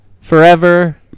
Forever